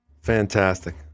fantastic